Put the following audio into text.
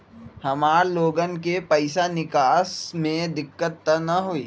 हमार लोगन के पैसा निकास में दिक्कत त न होई?